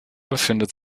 befindet